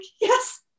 yes